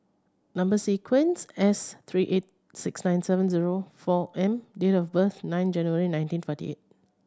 number sequence S three eight six nine seven zero four M date of birth nine January nineteen forty eight